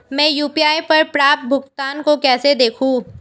मैं यू.पी.आई पर प्राप्त भुगतान को कैसे देखूं?